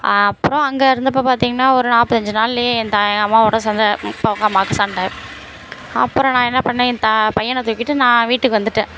அப்புறம் அங்கே இருந்தப்போ பார்த்தீங்கன்னா ஒரு நாற்பத்தஞ்சி நாள்லேயே என் தா என் அம்மாவோடய சொந்த அப்பாவுக்கும் அம்மாவுக்கும் சண்டை அப்புறம் நான் என்ன பண்ணேன் என் த பையனை தூக்கிட்டு நான் வீட்டுக்கு வந்துவிட்டேன்